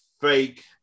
fake